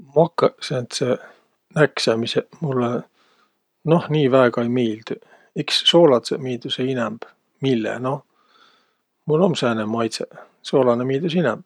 Makõq sääntseq näksämiseq mullõ, noh, nii väega ei miildüq. Iks sooladsõq miildüseq inämb. Mille? Noh, mul um sääne maidsõq. Soolõnõ miildüs inämb.